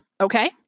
Okay